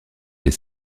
des